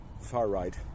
far-right